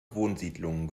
wohnsiedlungen